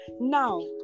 Now